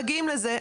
מגיעים לזה.